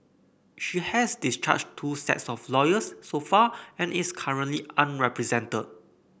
she has discharged two sets of lawyers so far and is currently unrepresented